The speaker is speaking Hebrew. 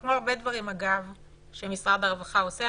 כמו הרבה דברים שמשרד הרווחה עושה,